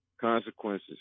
consequences